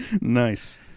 Nice